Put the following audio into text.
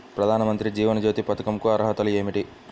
ప్రధాన మంత్రి జీవన జ్యోతి పథకంకు అర్హతలు ఏమిటి?